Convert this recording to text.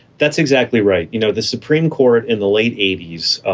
that's exactly right. you know, the supreme court in the late eighty s, ah